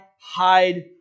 hide